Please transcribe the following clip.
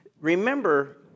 Remember